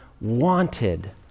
wanted